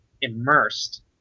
immersed